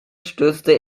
stürzte